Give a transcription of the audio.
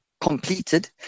completed